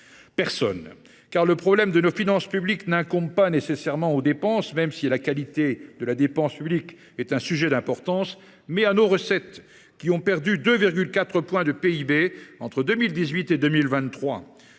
Personne ! Car le problème de nos finances publiques incombe non pas nécessairement aux dépenses, même si la qualité de la dépense publique est un sujet d’importance, mais à nos recettes, qui ont baissé de 2,4 points de PIB entre 2018 et 2023.